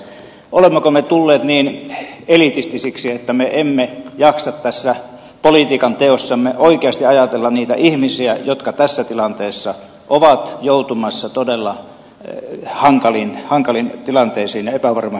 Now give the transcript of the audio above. olemmeko me tulleet niin elitistisiksi että me emme jaksa tässä politiikanteossamme oikeasti ajatella niitä ihmisiä jotka tässä tilanteessa ovat joutumassa todella hankaliin tilanteisiin ja epävarmoihin olosuhteisiin